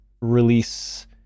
release